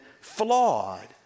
flawed